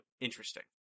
interesting